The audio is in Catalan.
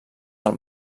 del